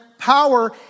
Power